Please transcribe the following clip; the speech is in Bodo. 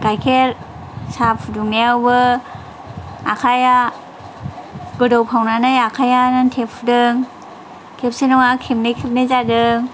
गायखेर साहा फुदुंनायावबो आखाइया गोदौफावनानै आखाइयानो थिफुदों खेबसे नङा खेबनै खेबनै जादों